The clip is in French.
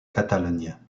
catalogne